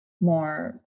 more